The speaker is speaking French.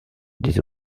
des